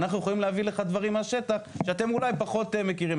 אנחנו יכולים להביא לך דברים מהשטח שאתם אולי פחות מכירים.